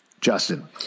Justin